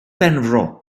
benfro